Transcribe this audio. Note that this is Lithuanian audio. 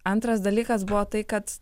antras dalykas buvo tai kad